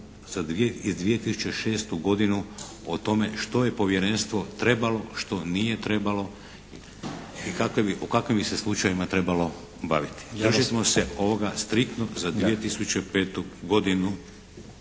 iz 2006. godinu o tome što je Povjerenstvo trebalo, što nije trebalo i o kakvim bi se slučajevima trebalo baviti. Držimo se ovoga striktno za 2005. godinu.